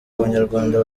abanyarwanda